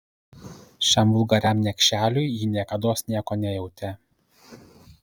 šiam vulgariam niekšeliui ji niekados nieko nejautė